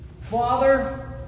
Father